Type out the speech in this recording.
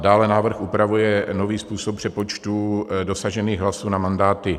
Dále návrh upravuje nový způsob přepočtu dosažených hlasů na mandáty.